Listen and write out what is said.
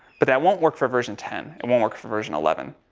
but that won't work for version ten, it won't work for version eleven.